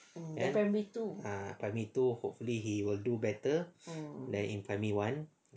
ah primary two hopefully he will do better than in primary one